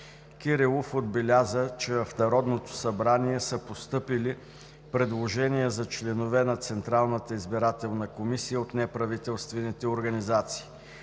Кирилов отбеляза, че в Народното събрание са постъпили предложения за членове на Централната избирателна комисия от неправителствените организации.